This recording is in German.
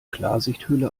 klarsichthülle